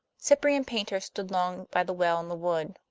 cyprian paynter stood long by the well in the wood,